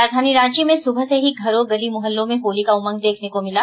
राजधानी रांची में सूबह से ही घरों गली मुहल्लों में होली का उमंग देखने को मिला